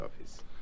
office